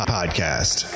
Podcast